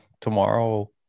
tomorrow